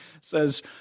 says